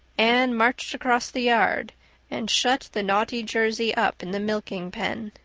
anne marched across the yard and shut the naughty jersey up in the milking pen.